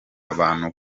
abantu